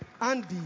Andy